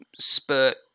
spurt